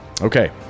Okay